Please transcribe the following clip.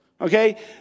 okay